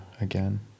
again